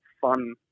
fun